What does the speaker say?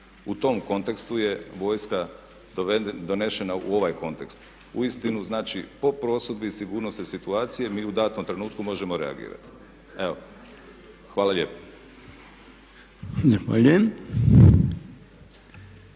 U tom kontekstu je vojska donesena u ovaj kontekst. Uistinu znači po prosudbi i sigurnosti situacije mi u danom trenutku možemo reagirati. Evo, hvala lijepo.